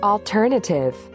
Alternative